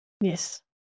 Yes